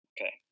Okay